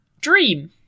dream